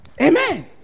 Amen